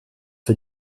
für